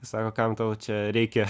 sako kam tau čia reikia